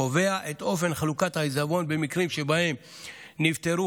הקובע את אופן חלוקת העיזבון במקרים שבהם נפטרו